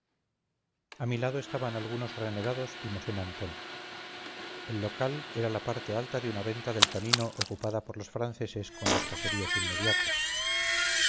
a mi lado estaban algunos renegados y mosén antón el local era la parte alta de una venta del camino ocupada por los franceses con los caseríos inmediatos